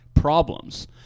Problems